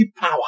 power